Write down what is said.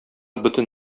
бөтен